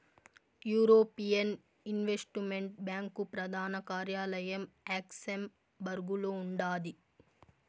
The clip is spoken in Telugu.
యూరోపియన్ ఇన్వెస్టుమెంట్ బ్యాంకు ప్రదాన కార్యాలయం లక్సెంబర్గులో ఉండాది